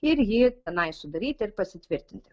ir jį tenai sudaryti ir pasitvirtinti